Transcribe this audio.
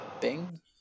Bing